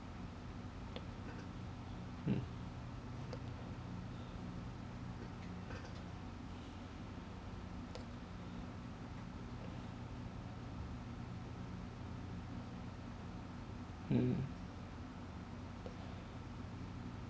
mm mm